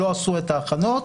שלא עשו את ההכנות,